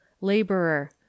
laborer